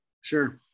Sure